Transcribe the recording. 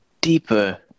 deeper